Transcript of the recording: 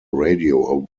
radio